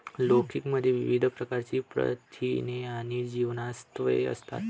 लौकी मध्ये विविध प्रकारची प्रथिने आणि जीवनसत्त्वे असतात